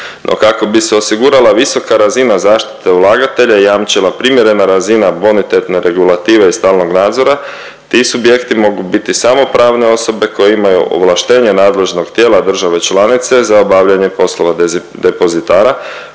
No kako bi se osigurala visoka razina zaštite ulagatelja i jamčila primjerena razina bonitetne regulative i stalnog nadzora ti subjekti mogu biti samo pravne osobe koje imaju ovlaštenje nadležnog tijela države članice za obavljanje poslova depozitara